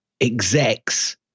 execs